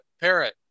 parrot